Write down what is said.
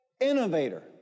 innovator